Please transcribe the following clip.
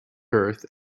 earth